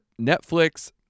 Netflix